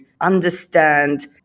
understand